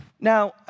Now